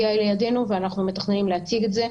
ואנחנו מתכננים להציג את זה.